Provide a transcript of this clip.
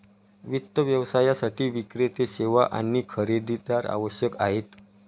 वित्त व्यवसायासाठी विक्रेते, सेवा आणि खरेदीदार आवश्यक आहेत